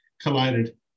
collided